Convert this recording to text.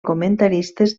comentaristes